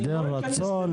היעדר רצון,